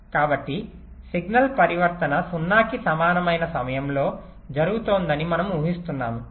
కాబట్టి సిగ్నల్ పరివర్తన 0 కి సమానమైన సమయంలో జరుగుతోందని మనము ఊహిస్తున్నాము